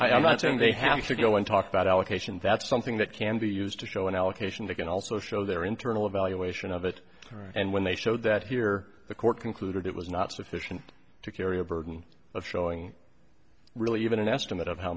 could i'm not saying they have to go and talk about allocation that's something that can be used to show an allocation they can also show their internal evaluation of it and when they showed that here the court concluded it was not sufficient to carry a burden of showing really even an estimate of how